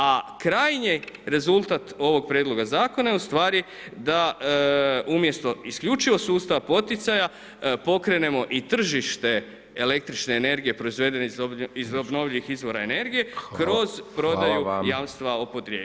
A krajnji rezultat ovoga Prijedloga zakona je u stvari da umjesto isključivo sustava poticaja pokrenemo i tržište električne energije proizvedene iz obnovljivih izvora energije kroz prodaju jamstva o podrijetlu.